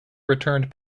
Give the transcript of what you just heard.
returned